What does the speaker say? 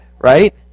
right